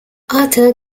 author